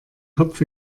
kopf